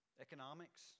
Economics